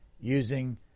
using